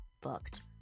booked